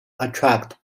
attract